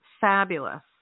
fabulous